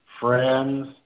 friends